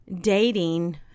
dating